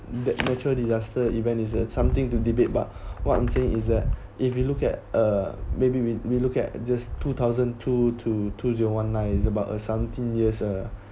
that natural disaster event is a something to debate but what I'm saying is that if you look at uh maybe we we look at just two thousand two to two zero one nine is about a something years uh